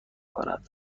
کند